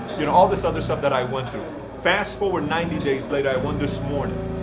you know all this other stuff that i went through. fast forward ninety days later. i went this morning.